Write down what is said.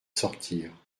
sortir